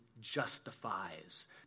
justifies